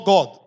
God